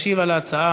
ישיב על ההצעה